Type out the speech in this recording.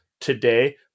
today